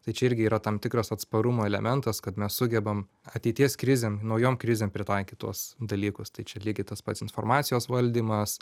tai čia irgi yra tam tikras atsparumo elementas kad mes sugebam ateities krizėm naujom krizėm pritaikyt tuos dalykus tai čia lygiai tas pats informacijos valdymas